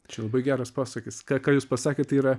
čia labai geras posakis ką ką jūs pasakėt tai yra